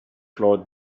floor